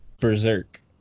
Berserk